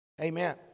Amen